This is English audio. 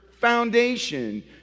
foundation